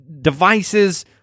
devices